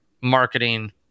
marketing